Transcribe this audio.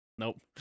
Nope